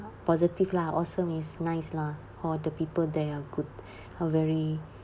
positive lah awesome is nice lah or the people there are good are very